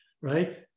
right